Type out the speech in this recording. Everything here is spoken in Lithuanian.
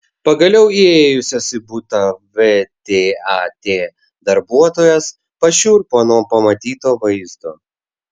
pagaliau įėjusios į butą vtat darbuotojos pašiurpo nuo pamatyto vaizdo